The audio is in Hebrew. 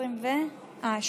20 ומה?